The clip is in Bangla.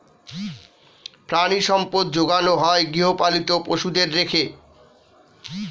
প্রাণিসম্পদ যোগানো হয় গৃহপালিত পশুদের রেখে